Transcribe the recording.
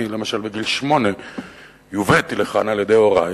למשל בגיל שמונה יובאתי לכאן על-ידי הורי.